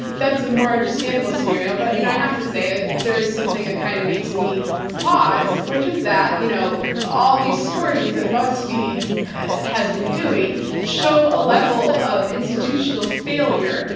that's a more understandable scenario. but you know, i have to say like there is something that kind of makes me pause, which is that, you know, all these stories that buzzfeed has been doing show a level of institutional failure.